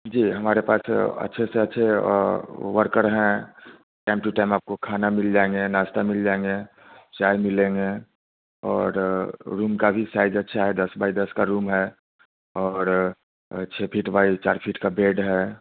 जी हमारे पास अच्छे से अच्छे वर्कर हैं टेम टू टेम आपको खाना मिल जाएँगे नाश्ता मिल जाएँगे चाय मिलेंगे और रूम का भी साइज अच्छा है दस बाई दस का रूम है और छः फीट बाई चार फीट का बेड है